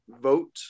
vote